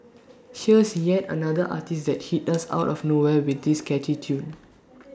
here's yet another artiste that hit us out of nowhere with this catchy tune